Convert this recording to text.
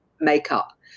makeup